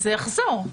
זה יחזור.